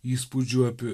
įspūdžių apie